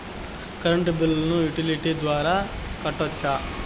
Current బిల్లును utility ద్వారా కట్టొచ్చా?